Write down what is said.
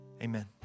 Amen